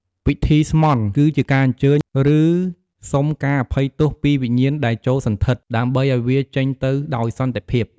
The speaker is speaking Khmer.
ពិធី "ស្មន់" គឺជាការអញ្ជើញ ឬសុំការអភ័យទោសពីវិញ្ញាណដែលចូលសណ្ឋិត ដើម្បីឲ្យវាចេញទៅដោយសន្តិភាព។